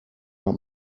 out